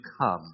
come